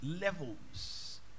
levels